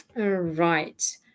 Right